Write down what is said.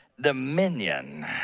dominion